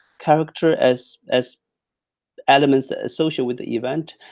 character as as elements associated with the event,